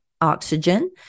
oxygen